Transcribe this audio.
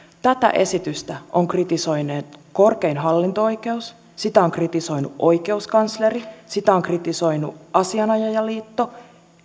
tätä esitystä on kritisoinut korkein hallinto oikeus sitä on kritisoinut oikeuskansleri sitä ovat kritisoineet asianajajaliitto